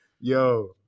Yo